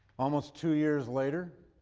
almost two years later